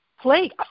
plague